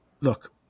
look